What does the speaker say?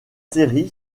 série